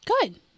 Good